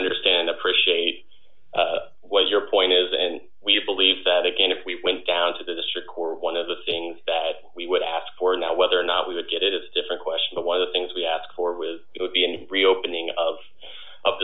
understand appreciate what your point is and we believe that again if we went down to the district court one of the things that we would ask for now whether or not we would get it is a different question but one of the things we asked for was it would be a reopening of of